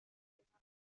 نبودهاند